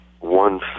one